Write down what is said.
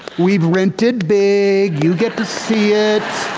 we've rented big you get to see it.